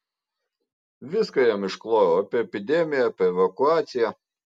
viską jam išklojau apie epidemiją apie evakuaciją